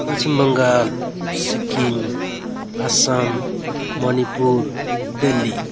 Paschim Bengal Sikkim Assam Manipur Delhi